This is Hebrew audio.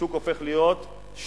השוק הופך להיות שוק